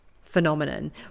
phenomenon